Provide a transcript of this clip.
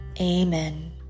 Amen